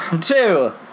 two